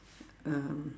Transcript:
um